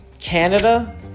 Canada